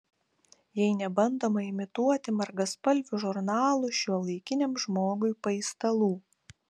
jei nebandoma imituoti margaspalvių žurnalų šiuolaikiniam žmogui paistalų